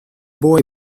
boy